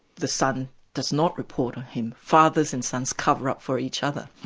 the son does not report on him. fathers and sons cover up for each other'.